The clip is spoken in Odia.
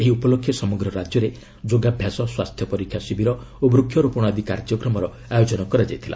ଏହି ଉପଲକ୍ଷେ ସମଗ୍ର ରାଜ୍ୟରେ ଯୋଗାଭ୍ୟାସ ସ୍ୱାସ୍ଥ୍ୟ ପରୀକ୍ଷା ଶିବିର ଓ ବୃକ୍ଷରୋପଣ ଆଦି କାର୍ଯ୍ୟକ୍ରମର ଆୟୋଜନ କରାଯାଇଥିଲା